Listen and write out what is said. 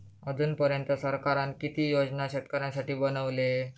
अजून पर्यंत सरकारान किती योजना शेतकऱ्यांसाठी बनवले?